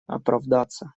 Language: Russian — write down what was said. оправдаться